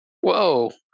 whoa